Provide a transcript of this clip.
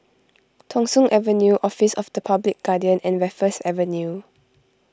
Thong Soon Avenue Office of the Public Guardian and Raffles Avenue